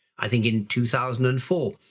i think in two thousand and four,